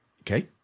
Okay